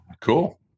Cool